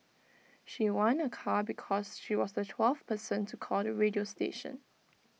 she won A car because she was the twelfth person to call the radio station